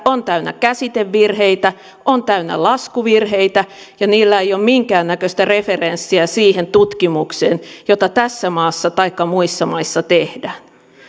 ovat täynnä käsitevirheitä ovat täynnä laskuvirheitä ja niillä ei ole minkäännäköistä referenssiä siihen tutkimukseen jota tässä maassa taikka muissa maissa tehdään